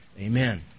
Amen